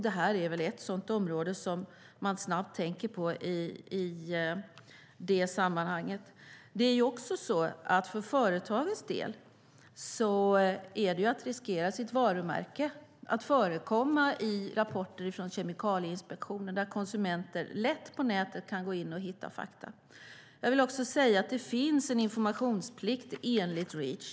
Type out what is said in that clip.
Det här är ett sådant område som man snabbt tänker på i det sammanhanget. Företagen riskerar också sitt varumärke genom att förekomma i rapporter från Kemikalieinspektionen där konsumenter lätt kan gå in och hitta fakta på nätet. Jag vill också säga att det finns en informationsplikt enligt Reach.